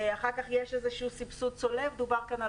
אחר כך יש סבסוד צולב דובר כאן על